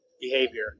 behavior